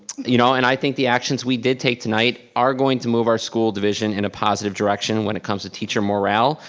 you know, and i think the actions we did take tonight are going to move our school division in a positive direction when it comes to teacher morale.